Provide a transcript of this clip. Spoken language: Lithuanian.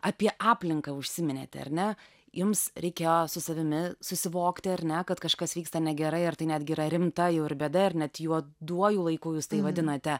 apie aplinką užsiminėte ar ne jums reikėjo su savimi susivokti ar ne kad kažkas vyksta negerai ar tai netgi yra rimta jau ir bėda ar net juoduoju laiku jūs tai vadinate